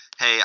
hey